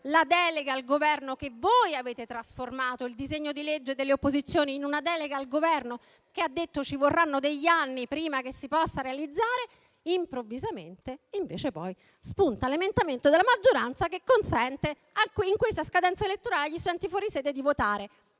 la delega al Governo. E voi avete trasformato il disegno di legge delle opposizioni in una delega al Governo, che ha detto che ci vorranno degli anni prima che si possa realizzare. Improvvisamente invece spunta poi l'emendamento dalla maggioranza che consente di votare in questa scadenza elettorale agli studenti fuori sede. Evviva,